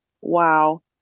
Wow